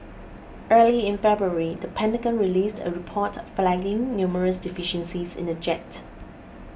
early in February the Pentagon released a report flagging numerous deficiencies in the jet